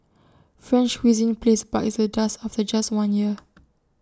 French cuisine place bites the dust after just one year